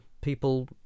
people